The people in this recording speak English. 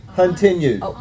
continued